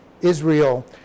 Israel